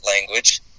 language